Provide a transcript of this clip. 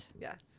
Yes